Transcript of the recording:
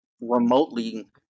remotely